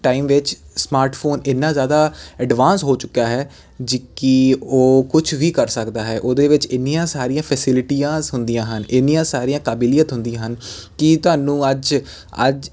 time ਵਿੱਚ smartphone ਇੰਨਾ ਜ਼ਿਆਦਾ ਐਡਵਾਂਸ ਹੋ ਚੁੱਕਿਆ ਹੈ ਜ ਕਿ ਉਹ ਕੁਝ ਵੀ ਕਰ ਸਕਦਾ ਹੈ ਉਹਦੇ ਵਿੱਚ ਇੰਨੀਆਂ ਸਾਰੀਆਂ ਫੈਸਿਲਿਟੀਆਂ ਹੁੰਦੀਆਂ ਹਨ ਇੰਨੀਆਂ ਸਾਰੀਆਂ ਕਾਬਲੀਅਤ ਹੁੰਦੀਆਂ ਹਨ ਕਿ ਤੁਹਾਨੂੰ ਅੱਜ ਅੱਜ